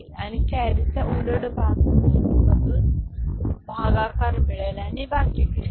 आणि कैरीचा उलट भाग मधून भागाकार मिळेल आणि बाकी मिळेल